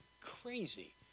crazy